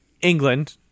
England